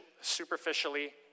superficially